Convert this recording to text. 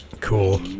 Cool